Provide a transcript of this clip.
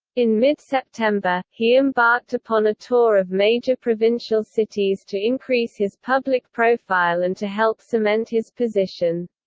in mid-september, he embarked upon a tour of major provincial cities to increase his public profile and to help cement his position.